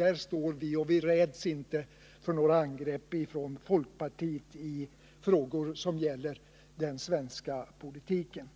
Där står vi, och vi räds inte några angrepp från folkpartiet i frågor som gäller den svenska politiken.